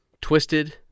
twisted